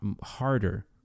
harder